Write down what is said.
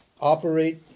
operate